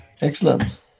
Excellent